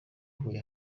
huye